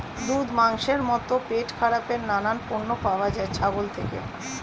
দুধ, মাংসের মতো পেটখারাপের নানান পণ্য পাওয়া যায় ছাগল থেকে